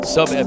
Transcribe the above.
Sub